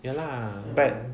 ya lah but